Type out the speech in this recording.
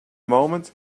moment